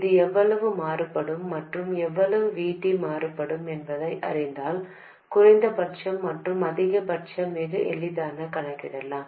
இது எவ்வளவு மாறுபடும் மற்றும் எவ்வளவு V T மாறுபடும் என்பதை அறிந்தால் குறைந்தபட்சம் மற்றும் அதிகபட்சத்தை மிக எளிதாகக் கணக்கிடலாம்